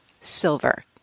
silver